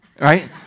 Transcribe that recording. right